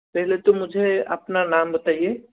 पहले तो मुझे अपना नाम बताइये